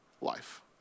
life